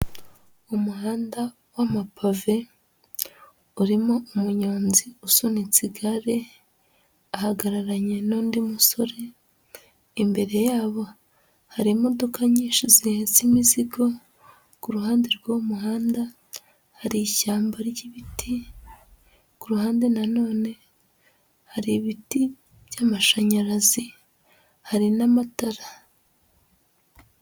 Umuhanda w'amapave urimo umunyonzi usunitse igare ahagararanye n'undi musore, imbere yabo hari imodoka nyinshi zihetse imizigo, ku ruhande rw'uwo muhanda hari ishyamba ry'ibiti, ku ruhande nanono hari ibiti by'amashanyarazi, hari n'amatara.